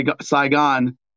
Saigon